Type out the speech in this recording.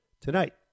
tonight